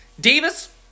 Davis